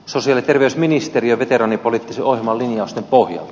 sosiaali terveysministeriö veteraanipoliittisen ohjelman linjausten pohjalta